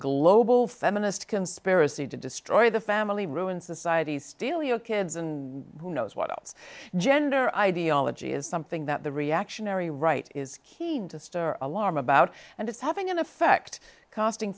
global feminist conspiracy to destroy the family ruin societies steal your kids and who knows what else gender ideology is something that the reactionary right is keen to stir alarm about and it's having an effect costing